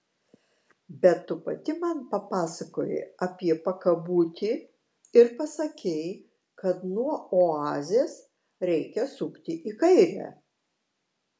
bet tu pati man papasakojai apie pakabutį ir pasakei kad nuo oazės reikia sukti į kairę